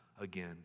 again